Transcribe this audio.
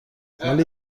ولی